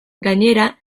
gainera